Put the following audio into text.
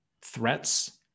threats